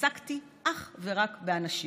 עסקתי אך ורק באנשים.